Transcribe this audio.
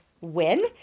win